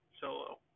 Solo